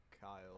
Kyle